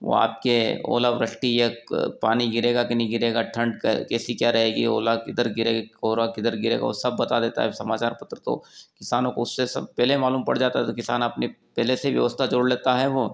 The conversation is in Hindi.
वो आपके ओलावृष्टि या पानी गिरेगा कि नहीं गिरेगा ठंड कैसी क्या रहेगी ओला किधर गिरेगा कोहरा किधर गिरेगा वो सब बता देता है समाचार पत्र तो किसानों को उससे सब पहले मालूम पड़ जाता है तो किसान अपनी पहले से व्यवस्था जोड़ लेता है वो